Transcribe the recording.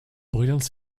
brillante